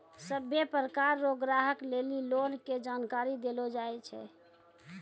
सभ्भे प्रकार रो ग्राहक लेली लोन के जानकारी देलो जाय छै